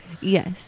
Yes